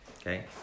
Okay